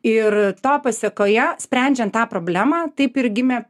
ir to pasekoje sprendžiant tą problemą taip ir gimė